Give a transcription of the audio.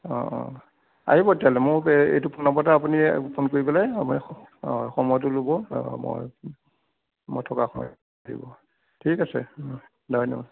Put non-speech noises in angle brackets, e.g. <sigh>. অঁ অঁ আহিব তেতিয়াহ'লে মোক এইটো ফোন নাম্বাৰতে আপুনি ফোন কৰি পেলাই আপুনি সময়তো ল'ব <unintelligible> মই মই থকা হয় ঠিক আছে হয় ধন্য